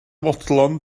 fodlon